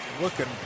Looking